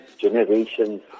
generations